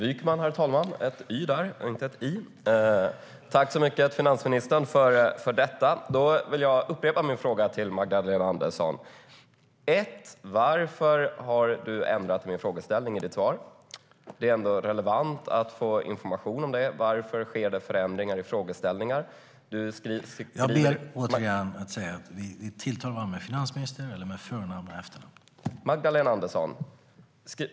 Herr talman! Tack, så mycket för detta, finansministern. Då vill jag upprepa min fråga till Magdalena Andersson. Varför har du ändrat min frågeställning i ditt svar? Det är ändå relevant att få information om det. Varför sker det förändringar i frågeställningar?